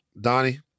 Donnie